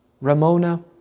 Ramona